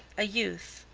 a youth,